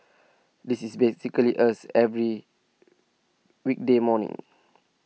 this is basically us every weekday morning